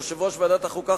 יושב-ראש ועדת החוקה,